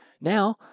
Now